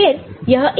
फिर यह A बाकी है